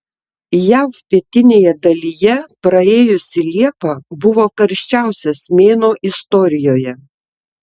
jav pietinėje dalyje praėjusi liepa buvo karščiausias mėnuo istorijoje